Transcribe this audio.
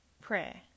prayer